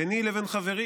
ביני לבין חברי